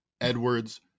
Edwards